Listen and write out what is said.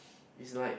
it's like